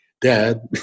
Dad